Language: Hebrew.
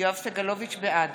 בעד